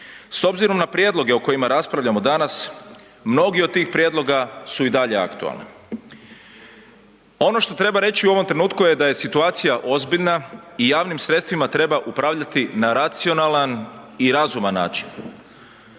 S obzirom na prijedloge o kojima raspravljamo danas mnogi od tih prijedloga su i dalje aktualni. Ono što treba reći u ovom trenutku je da je situacija ozbiljna i javnim sredstvima treba upravljati na racionalan i razuman način.